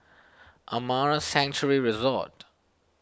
Amara Sanctuary Resort